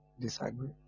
disagree